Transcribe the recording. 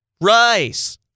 Rice